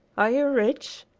are you rich?